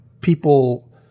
people